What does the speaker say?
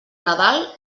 nadal